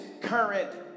current